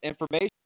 information